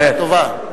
בשעה טובה.